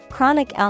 Chronic